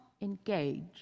engage